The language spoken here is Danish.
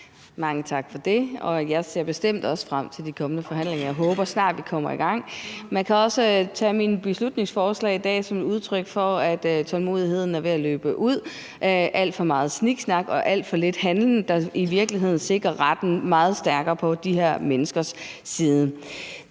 Mange tak for det. Jeg ser bestemt også frem til de kommende forhandlinger, og jeg håber snart, vi kommer i gang. Man kan også tage vores beslutningsforslag som et udtryk for, at tålmodigheden er ved at løbe ud; der er alt for meget sniksnak og alt for lidt handling, som i virkeligheden ville sikre retten meget stærkere for de her mennesker. Det